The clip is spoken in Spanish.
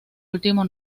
último